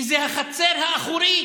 כי זה החצר האחורית.